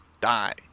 die